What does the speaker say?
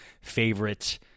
favorite